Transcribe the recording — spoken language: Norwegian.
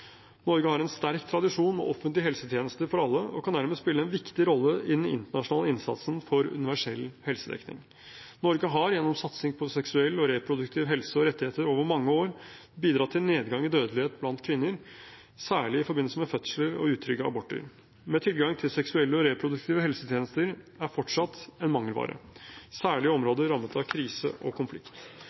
Norge har en sterk tradisjon med offentlige helsetjenester for alle og kan dermed spille en viktig rolle i den internasjonale innsatsen for universell helsedekning. Norge har, gjennom satsing på seksuell og reproduktiv helse og rettigheter over mange år, bidratt til nedgang i dødelighet blant kvinner, særlig i forbindelse med fødsler og utrygge aborter. Men tilgang til seksuelle og reproduktive helsetjenester er fortsatt en mangelvare, særlig i områder rammet av krise og konflikt.